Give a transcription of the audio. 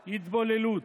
התבוללות,